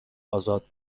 ازاد